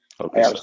Okay